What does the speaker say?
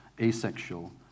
asexual